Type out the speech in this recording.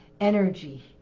energy